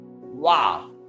wow